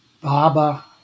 Baba